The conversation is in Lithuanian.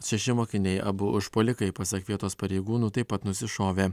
šeši mokiniai abu užpuolikai pasak vietos pareigūnų taip pat nusišovė